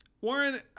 Warren